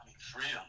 freedom